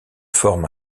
forme